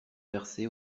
versé